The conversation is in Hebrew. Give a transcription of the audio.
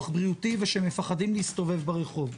בריאותי ושהם פוחדים להסתובב ברחוב.